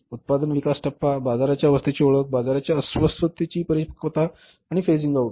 उत्पादन विकास टप्पा बाजाराच्या अवस्थेची ओळख बाजाराच्या अवस्थेची परिपक्वता आणि फेजिंग आउट